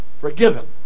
forgiven